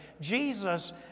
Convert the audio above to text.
Jesus